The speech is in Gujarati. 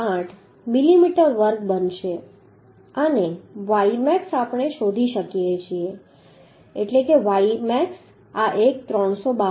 8 મિલીમીટર વર્ગ બનશે અને ymax આપણે શોધી શકીએ છીએ કે ymax આ એક 312